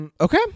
Okay